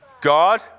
God